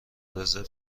رزرو